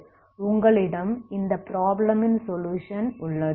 உங்களிடம் இந்த ப்ராப்ளம் ன் சொலுயுஷன் உள்ளது